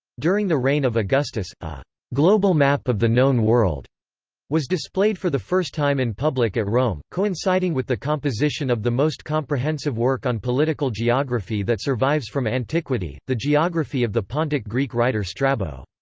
during the reign of augustus, a global map of the known world was displayed for the first time in public at rome, coinciding with the composition of the most comprehensive work on political geography that survives from antiquity, the geography of the pontic greek writer strabo.